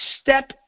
step